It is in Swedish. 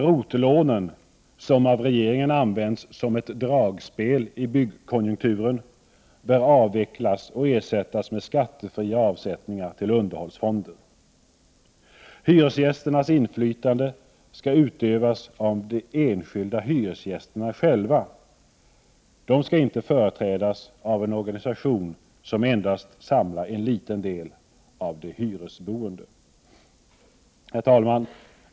ROT-lånen — som av regeringen används som dragspel i byggkonjunkturen — bör avvecklas och ersättas med skattefria avsättningar till underhållsfonder. Hyresgästernas inflytande skall utövas av de enskilda hyresgästerna själva; de skall inte företrädas av en organisation som samlar endast en liten del av de hyresboende. Herr talman!